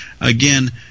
again